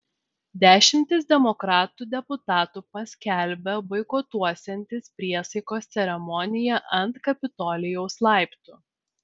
dešimtys demokratų deputatų paskelbė boikotuosiantys priesaikos ceremoniją ant kapitolijaus laiptų